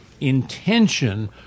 intention